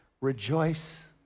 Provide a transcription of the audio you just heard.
Rejoice